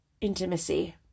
intimacy